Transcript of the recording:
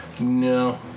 No